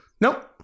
Nope